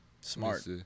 Smart